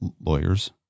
lawyers